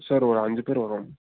sir ஒரு அஞ்சு பேர் வருவோம்